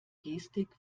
gestik